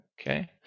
Okay